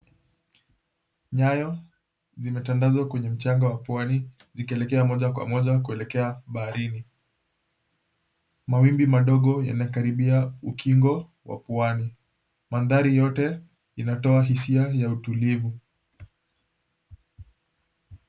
Nyayo zimetandazwa kwenye mchanga wa pwani, zikielekea moja kwa moja kuelekea baharini. Mawimbi madogo yanakaribia ukingo wa pwani. Mandhari yote inatoa hisia ya utulivu.